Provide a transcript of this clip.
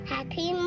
Happy